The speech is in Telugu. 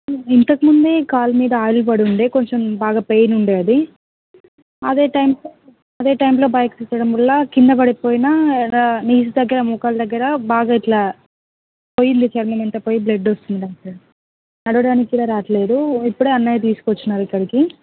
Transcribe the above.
ఇంతకు ముందే కాలు మీద ఆయిల్ పడి ఉండే కొంచెం బాగా పెయిన్ ఉండే అది టైమ్లో అదే టైమ్లో బైక్ గుద్దడం వల్ల క్రింద పడిపోయినా నీస్ దగ్గర మోకాలు దగ్గర బాగా ఇట్లా పోయింది చర్మం అంతా పోయి బ్లడ్ వస్తుంది డాక్టర్ నడవడానికి కూడా రావట్లేదు ఇప్పుడే అన్నయ్య తీసుకొచ్చినాడు ఇక్కడికి